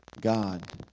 God